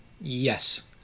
yes